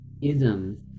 isms